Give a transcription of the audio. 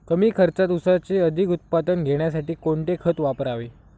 कमी खर्चात ऊसाचे अधिक उत्पादन घेण्यासाठी कोणते खत वापरावे?